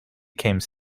came